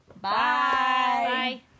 Bye